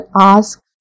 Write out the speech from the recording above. ask